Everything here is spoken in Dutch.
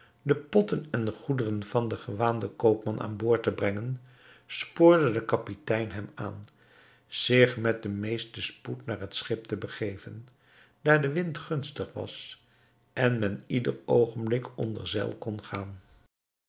de potten en goederen van den gewaanden koopman aan boord te brengen spoorde de kapitein hem aan zich met den meesten spoed naar het schip te begeven daar de wind gunstig was en men ieder oogenblik onder zeil kon gaan